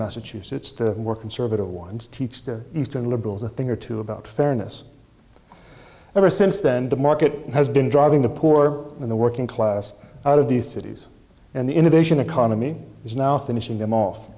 massachusetts to work conservative ones teach the eastern liberals a thing or two about fairness ever since then the market has been driving the poor and the working class out of these cities and the innovation economy is now thinnish in the